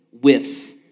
whiffs